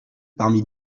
parmi